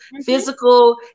physical